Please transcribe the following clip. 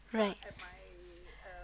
right